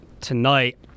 tonight